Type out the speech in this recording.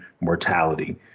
mortality